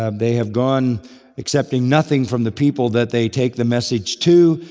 um they have gone accepting nothing from the people that they take the message to,